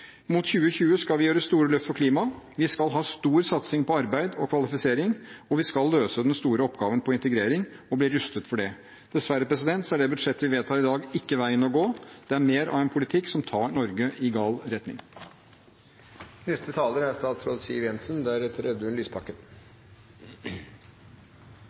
Mot 2020 skal vi gjøre store løft for klimaet, vi skal ha stor satsing på arbeid og kvalifisering, og vi skal løse den store oppgaven med integrering og bli rustet for det. Dessverre er det budsjettet vi vedtar i dag, ikke veien å gå. Det er mer av en politikk som tar Norge i gal retning.